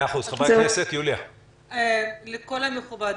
לכל המכובדים,